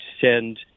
send